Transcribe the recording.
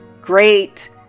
great